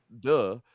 duh